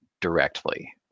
directly